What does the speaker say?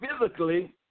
physically